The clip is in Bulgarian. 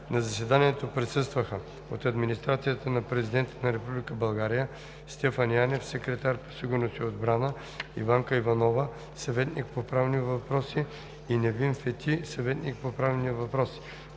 На заседанието присъстваха: от Администрацията на Президента на Република България: Стефан Янев – секретар по сигурност и отбрана, Иванка Иванова – съветник по правни въпроси, и Невин Фети – съветник по правните въпроси;